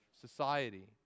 society